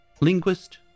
Linguist